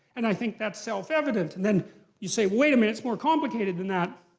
and i think that's self-evident. then you say, wait a minute, it's more complicated than that.